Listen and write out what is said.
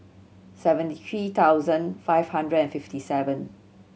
seventy three thousand five hundred and fifty seven